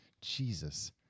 Jesus